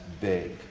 big